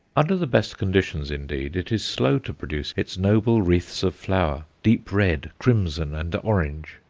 under the best conditions, indeed, it is slow to produce its noble wreaths of flower deep red, crimson, and orange.